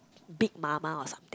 Big Mama or something